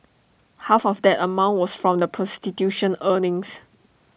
half of that amount was from the prostitution earnings